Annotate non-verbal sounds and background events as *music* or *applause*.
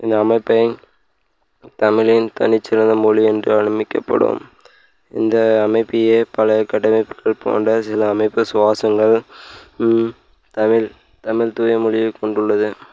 இந்த அமைப்பின் தமிழின் தனி சிறந்த மொழி என்று அனுமிக்கப்படும் இந்த அமைப்பையே பல கடமை *unintelligible* போன்ற சில அமைப்பு சுவாசங்கள் தமிழ் தமிழ் தூயமொழியை கொண்டுள்ளது